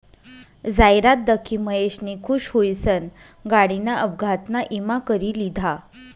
जाहिरात दखी महेशनी खुश हुईसन गाडीना अपघातना ईमा करी लिधा